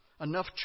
enough